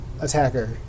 attacker